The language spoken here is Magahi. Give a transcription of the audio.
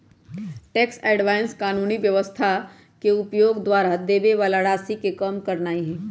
टैक्स अवॉइडेंस कानूनी व्यवस्था के उपयोग द्वारा कर देबे बला के राशि के कम करनाइ हइ